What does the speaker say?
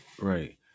right